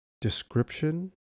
description